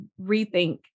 rethink